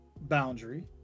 boundary